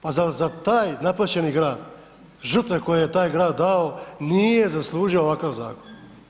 Pa zar za taj napaćeni grad, žrtve koje je taj grad dao nije zaslužio ovakav zakon?